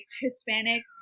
Hispanic